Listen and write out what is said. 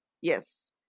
Yes